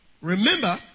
remember